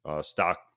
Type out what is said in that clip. stock